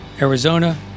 Arizona